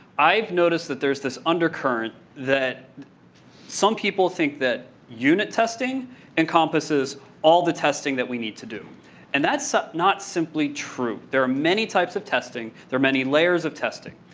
i've noticed that there's this undercurrent that some people think that unit testing encompasses all the testing we need to do and that's not simply true. there are many types of testing, there are many layers of testing.